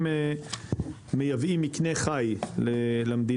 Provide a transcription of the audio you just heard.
אם מייבאים מקנה חי למדינה,